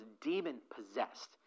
demon-possessed